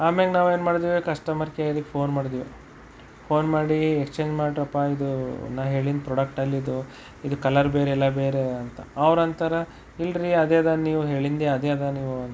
ಆಮ್ಯಾಗ ನಾವೇನು ಮಾಡಿದ್ವಿ ಕಸ್ಟಮರ್ ಕೇರಿಗೆ ಫೋನ್ ಮಾಡಿದ್ವಿ ಫೋನ್ ಮಾಡಿ ಎಕ್ಸ್ಚೇಂಜ್ ಮಾಡ್ರಪ್ಪಾ ಇದು ನಾ ಹೇಳಿದ್ದ ಪ್ರಾಡಕ್ಟ್ ಅಲ್ಲಿದು ಇದು ಕಲರ್ ಬೇರೆ ಎಲ್ಲ ಬೇರೆ ಅಂತ ಅವರಂತಾರೆ ಇಲ್ರೀ ಅದೇ ಅದ ನೀವು ಹೇಳಿದ್ದು ಅದೇ ಅದ ನೀವು ಅಂತ